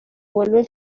vuelven